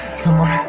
someone.